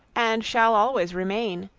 and shall always remain,